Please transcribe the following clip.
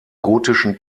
gotischen